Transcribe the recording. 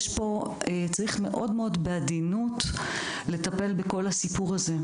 צריך מאוד בעדינות לטפל בכל הסיפור הזה.